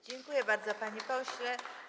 Dziękuję bardzo, panie pośle.